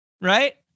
right